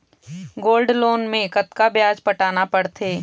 Gold loan मे कतका ब्याज पटाना पड़थे?